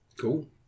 Cool